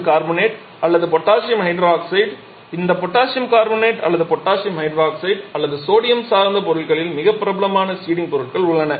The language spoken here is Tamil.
பொட்டாசியம் கார்பனேட் அல்லது பொட்டாசியம் ஹைட்ராக்சைடு இந்த பொட்டாசியம் கார்பனேட் அல்லது பொட்டாசியம் ஹைட்ராக்சைடு அல்லது சோடியம் சார்ந்த பொருட்களில் மிகவும் பிரபலமான சீடிங்க் பொருட்கள்